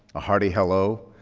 a hearty hello,